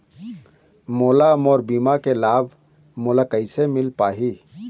मोला मोर बीमा के लाभ मोला किसे मिल पाही?